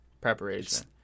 preparation